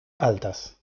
altas